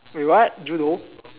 wait what judo